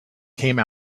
came